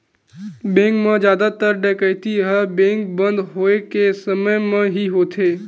bank म जादातर डकैती ह बेंक बंद होए के समे म ही होथे